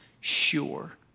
sure